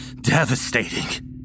devastating